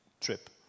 trip